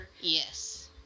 Yes